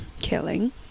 killing